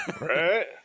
Right